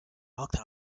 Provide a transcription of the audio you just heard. knocked